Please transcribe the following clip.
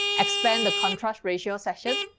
expand the contrast ratio section.